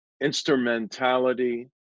instrumentality